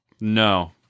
No